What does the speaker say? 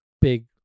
big